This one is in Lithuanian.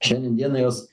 šiandien dienai jos